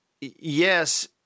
Yes